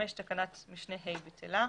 תקנת משנה (ה) בטלה.